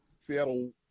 Seattle